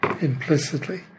implicitly